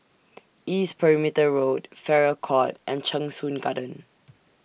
East Perimeter Road Farrer Court and Cheng Soon Garden